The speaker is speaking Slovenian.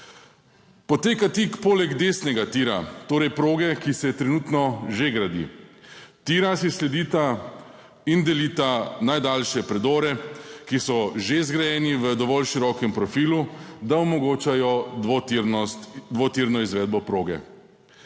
Poteka tik poleg desnega tira, torej proge, ki se trenutno že gradi. Tira si sledita in delita najdaljše predore, ki so že zgrajeni v dovolj širokem profilu, da omogočajo dvotirno izvedbo proge.